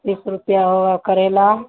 बीस रुपया होगा करैला